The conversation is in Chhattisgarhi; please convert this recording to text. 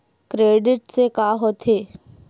क्रेडिट से का होथे?